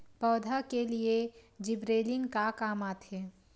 पौधा के लिए जिबरेलीन का काम आथे?